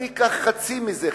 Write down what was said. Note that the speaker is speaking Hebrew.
אני אקח חצי מזה,